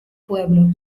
pueblo